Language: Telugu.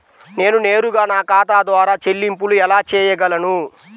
నేను నేరుగా నా ఖాతా ద్వారా చెల్లింపులు ఎలా చేయగలను?